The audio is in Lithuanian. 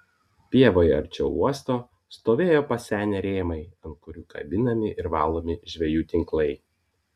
pievoje arčiau uosto stovėjo pasenę rėmai ant kurių kabinami ir valomi žvejų tinklai